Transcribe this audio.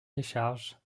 décharge